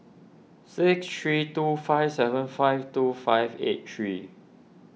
six three two five seven five two five eight three